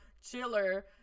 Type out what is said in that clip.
chiller